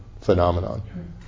phenomenon